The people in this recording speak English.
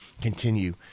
continue